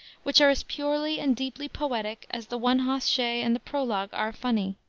which are as purely and deeply poetic as the one-hoss shay and the prologue are funny.